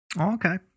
Okay